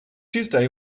tuesday